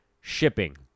shipping